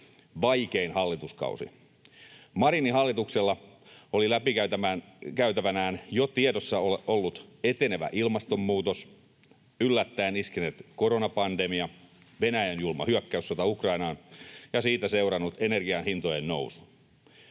vaikein hallituskausi. Marinin hallituksella oli läpi käytävänään jo tiedossa ollut etenevä ilmastonmuutos, yllättäen iskenyt koronapandemia, Venäjän julma hyökkäyssota Ukrainaan ja siitä seurannut energian hintojen nousu.